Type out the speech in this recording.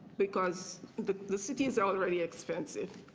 because the the city is already expensive.